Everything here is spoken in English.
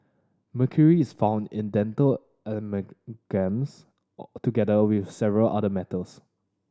mercury is found in dental amalgams together with several other metals